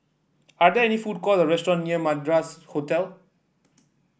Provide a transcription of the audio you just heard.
are there any food court restaurants near Madras Hotel